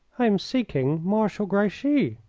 i am seeking marshal grouchy.